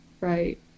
Right